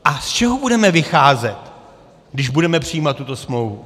A z čeho budeme vycházet, když budeme přijímat tuto smlouvu?